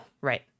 right